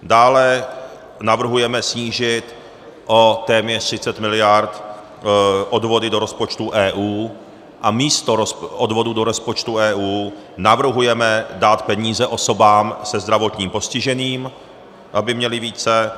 Dále navrhujeme snížit o téměř 30 mld. odvody do rozpočtu EU a místo odvodů do rozpočtu EU navrhujeme dát peníze osobám se zdravotním postižením, aby měly více.